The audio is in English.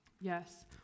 Yes